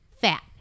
fat